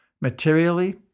Materially